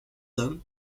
hommes